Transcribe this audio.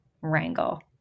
wrangle